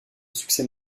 succès